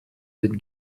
den